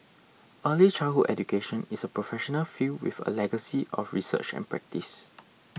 early childhood education is a professional field with a legacy of research and practice